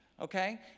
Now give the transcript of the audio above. okay